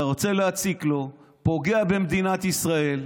אתה רוצה להציק לו, פוגע במדינת ישראל.